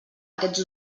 aquests